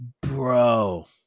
Bro